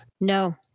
No